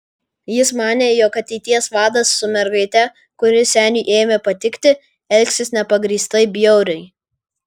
jis manė jog ateities vadas su mergaite kuri seniui ėmė patikti elgsis nepagrįstai bjauriai